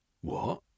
What